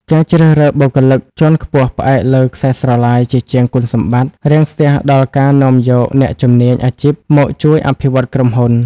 ការជ្រើសរើសបុគ្គលិកជាន់ខ្ពស់ផ្អែកលើ "ខ្សែស្រឡាយ" ជាជាង "គុណសម្បត្តិ" រាំងស្ទះដល់ការនាំយកអ្នកជំនាញអាជីពមកជួយអភិវឌ្ឍក្រុមហ៊ុន។